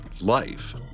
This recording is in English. life